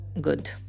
good